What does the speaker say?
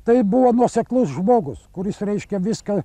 tai buvo nuoseklus žmogus kuris reiškia viską